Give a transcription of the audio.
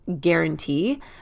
guarantee